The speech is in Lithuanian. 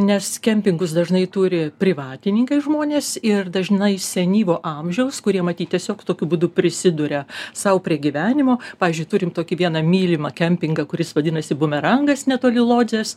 nes kempingus dažnai turi privatininkai žmonės ir dažnai senyvo amžiaus kurie matyt tiesiog tokiu būdu prisiduria sau prie gyvenimo pavyzdžiui turim tokį vieną mylimą kempingą kuris vadinasi bumerangas netoli lodzės